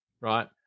right